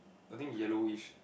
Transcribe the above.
I think yellowish